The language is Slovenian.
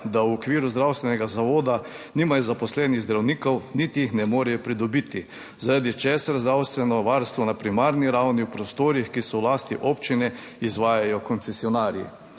da v okviru zdravstvenega zavoda nimajo zaposlenih zdravnikov niti jih ne morejo pridobiti, zaradi česar zdravstveno varstvo na primarni ravni v prostorih, ki so v lasti občine, izvajajo koncesionarji,